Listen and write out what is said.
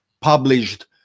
published